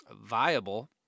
viable